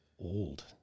old